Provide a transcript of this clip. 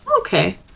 Okay